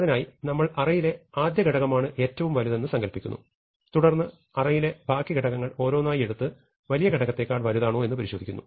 അതിനായി നമ്മൾ അറയിലെ ആദ്യഘടകമാണ് ഏറ്റവും വലുതെന്ന് സങ്കല്പിക്കുന്നു തുടർന്ന് അറയിലെ ബാക്കി ഘടകങ്ങൾ ഓരോന്നായി എടുത്ത് വലിയ ഘടകത്തെക്കാൾ വലുതാണോ എന്ന് പരിശോധിക്കുന്നു